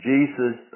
Jesus